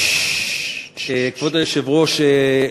כבוד היושב-ראש,